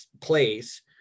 place